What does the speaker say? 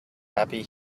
happy